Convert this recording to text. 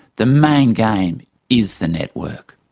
the main game is the network.